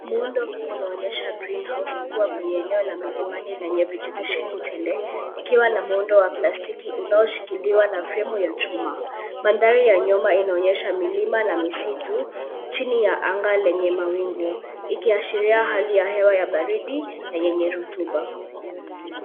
Muundo huu unaonyesha greenhouse kubwa kwenye eneo la milimani lenye vijitesheni tende. Ikiwa na muundo wa plastiki unaoshikiliwa na fremu ya chuma. Mandhari ya nyuma inaonyesha milima na misitu chini ya anga lenye mawingu, ikiashiria hali ya hewa ya baridi na yenye rutuba.